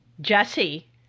Jesse